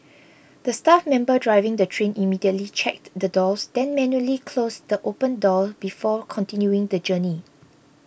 the staff member driving the train immediately checked the doors then manually closed the open door before continuing the journey